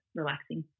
relaxing